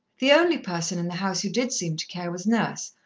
the only person in the house who did seem to care was nurse,